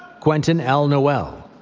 quentin l. noel,